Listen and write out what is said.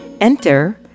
Enter